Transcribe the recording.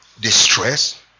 Distress